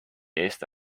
eest